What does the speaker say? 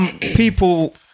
people